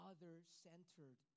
Other-centered